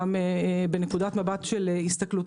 גם בנקודת מבט של הסתכלות,